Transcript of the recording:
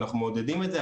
ואנחנו מעודדים את זה,